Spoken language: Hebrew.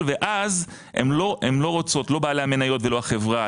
ואז הן לא רוצות לא בעלי המניות ולא החברה